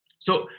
so,